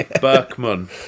Berkman